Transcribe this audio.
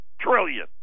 trillion